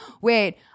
wait